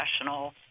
professional